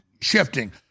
shifting